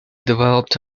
developed